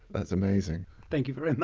that's amazing. thank you very